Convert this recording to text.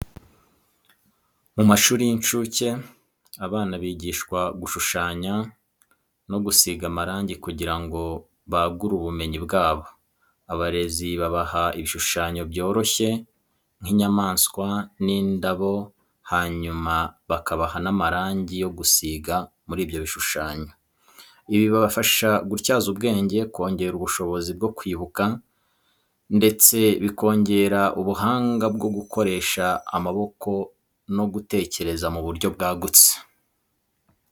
Mu mashuri y'inshuke, abana bigishwa gushushanya no gusiga amarangi kugira ngo bagure ubumenyi bwabo. Abarezi babaha ibishushanyo byoroshye nk'inyamaswa n'indabo hanyuma bakabaha n'amarangi yo gusiga muri ibyo bishushanyo. Ibi bibafasha gutyaza ubwenge, kongera ubushobozi bwo kwibuka, ndetse bikongera ubuhanga bwo gukoresha amaboko no gutekereza mu buryo bwagutse.